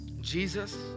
Jesus